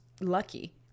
lucky